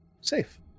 Safe